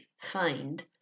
find